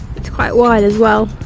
it's quite wide as well.